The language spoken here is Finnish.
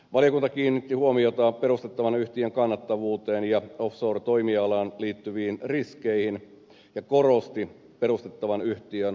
valiokunta kiinnitti huomiota perustettavan yhtiön kannattavuuteen ja offshore toimialaan liittyviin riskeihin ja korosti perustettavan yhtiön vakavaraisuutta